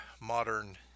modern